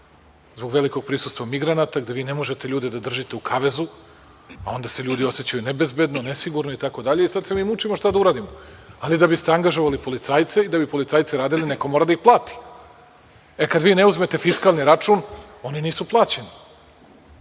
zbog velikog prisustva migranata gde vi ne možete ljude da držite u kavezu, a onda se ljudi osećaju nebezbedno, nesigurno i sad se mi mučimo šta da uradimo. Ali, da bi ste angažovali policajce i da bi policajci radili, neko mora da ih plati. E, kad vi ne uzmete fiskalni račun, oni nisu plaćeni.